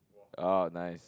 oh nice